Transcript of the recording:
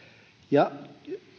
ja